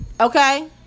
Okay